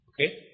Okay